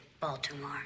Baltimore